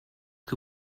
que